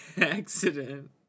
accident